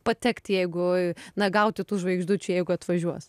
patekt jeigu na gauti tų žvaigždučių jeigu atvažiuos